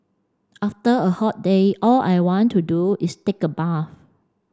after a hot day all I want to do is take a bath